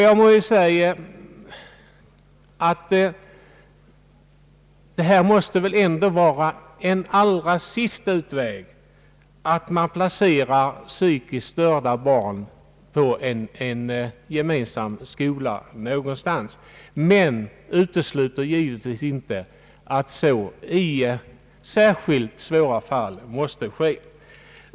Jag vill säga att det väl ändå måste vara en allra sista utväg att placera psykiskt störda barn på en gemensam skola, men jag utesluter givetvis inte att så i särskilt svåra fall måste ske.